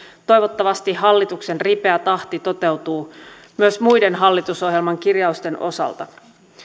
toivottavasti hallituksen ripeä tahti toteutuu myös muiden hallitusohjelman kirjausten osalta